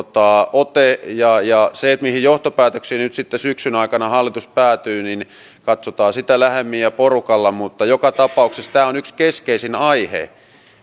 ote mihin johtopäätöksiin syksyn aikana hallitus päätyy katsotaan sitä lähemmin ja porukalla mutta joka tapauksessa tämä on yksi keskeisin aihe